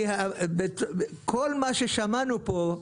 מכל מה ששמענו פה,